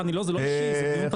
זה לא אישי, זה דיון פתוח.